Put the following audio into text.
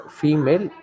female